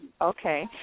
okay